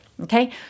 okay